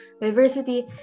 diversity